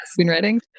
screenwriting